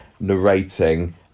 narrating